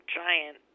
giant